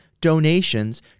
donations